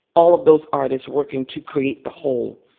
all of those artists working to create the whole.